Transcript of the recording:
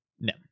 No